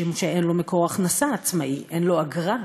משום שאין לו מקור הכנסה עצמאי: אין לו אגרה,